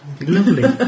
lovely